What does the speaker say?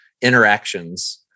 interactions